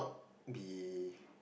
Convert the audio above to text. be